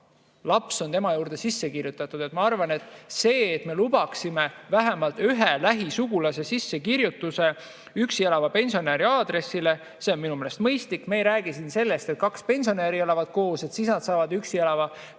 laps on tema juurde sisse kirjutatud. Ma arvan, et see, kui me lubaksime vähemalt ühe lähisugulase sissekirjutuse üksi elava pensionäri aadressile, on mõistlik. Me ei räägi siin sellest, et pensionärid elavad koos ja siis nad saavad üksi elava pensionäri